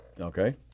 Okay